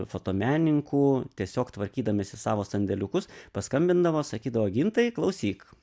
fotomenininkų tiesiog tvarkydamiesi savo sandėliukus paskambindavo sakydavo gintai klausyk